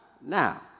Now